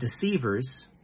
Deceivers